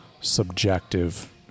subjective